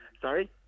Sorry